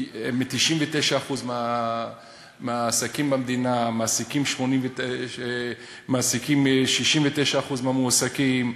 זה 99% מהעסקים במדינה שמעסיקים 69% מהמועסקים,